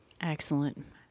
Excellent